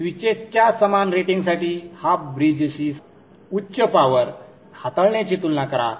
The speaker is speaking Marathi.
स्विचेसच्या समान रेटिंगसाठी हाफ ब्रिजशी उच्च पॉवर हाताळण्याची तुलना करा